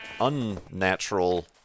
unnatural